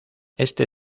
este